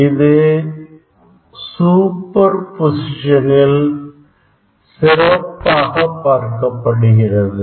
இது சூப்பர் பொசிஷனில் சிறப்பாக பார்க்கப்படுகிறது